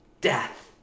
death